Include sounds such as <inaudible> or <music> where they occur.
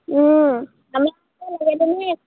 <unintelligible>